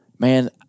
Man